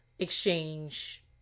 exchange